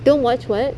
don't watch what